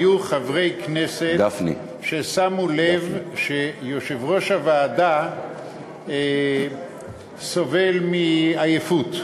היו חברי כנסת ששמו לב שיושב-ראש הוועדה סובל מעייפות,